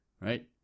Right